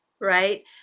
Right